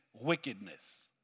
wickedness